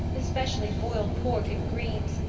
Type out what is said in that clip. especially boiled pork and greens.